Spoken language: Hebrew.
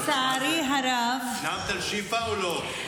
לצערי הרב, נאמת על שיפא או לא?